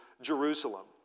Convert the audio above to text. Jerusalem